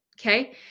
okay